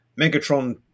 Megatron